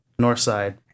Northside